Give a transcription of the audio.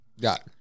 got